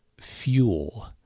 fuel